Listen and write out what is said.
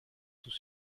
sous